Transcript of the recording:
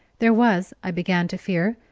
there was, i began to fear,